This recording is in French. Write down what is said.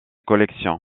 collection